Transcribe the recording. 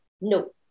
no